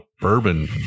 bourbon